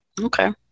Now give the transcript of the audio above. Okay